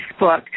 Facebook